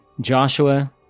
Joshua